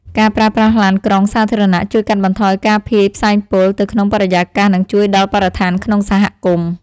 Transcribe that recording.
ការប្រើប្រាស់ឡានក្រុងសាធារណៈជួយកាត់បន្ថយការភាយផ្សែងពុលទៅក្នុងបរិយាកាសនិងជួយដល់បរិស្ថានក្នុងសហគមន៍។